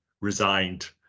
resigned